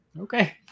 Okay